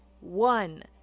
one